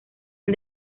han